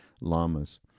lamas